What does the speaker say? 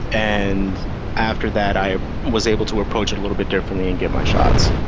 and after that i was able to approach it a little bit differently and get my shots.